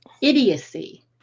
idiocy